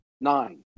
Nine